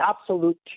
absolute